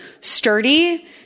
sturdy